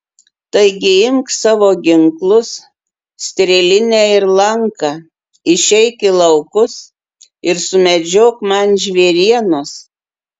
taigi imk savo ginklus strėlinę ir lanką išeik į laukus ir sumedžiok man žvėrienos